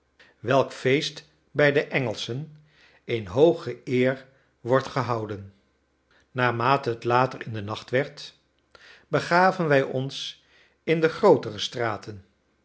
welk feest bij de engelschen in hooge eer wordt gehouden naarmate het later in den nacht werd begaven wij ons in de grootere straten